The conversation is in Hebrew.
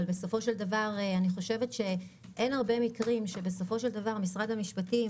אבל אין הרבה מקרים שמשרד את זה,